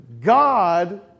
God